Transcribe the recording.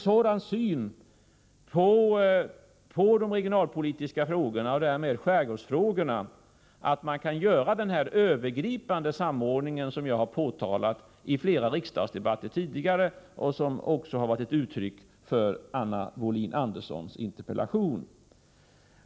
Synen på de regionalpolitiska frågorna och därmed skärgårdsfrågorna måste bli sådan att det är möjligt att göra den övergripande samordning som jag tidigare har framhållit i flera riksdagsdebatter och som Anna Wobhlin Andersson ger uttryck för i sin interpellation.